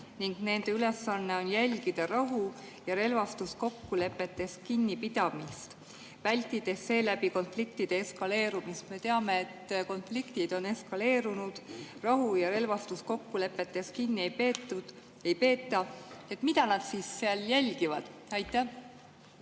ning nende ülesanne on jälgida rahu‑ ja relvastuskokkulepetest kinnipidamist, vältides seeläbi konfliktide eskaleerumist. Me teame, et konfliktid on eskaleerunud, rahu‑ ja relvastuskokkulepetest kinni ei peeta. Mida nad siis seal jälgivad? Aitäh,